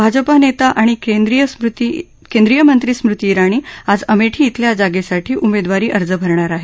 भाजपा नेता आणि केंद्रीय मंत्री स्मृती इराणी आज अमेठी इथल्या जागेसाठी उमेदवारी अर्ज भरणार आहेत